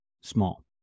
small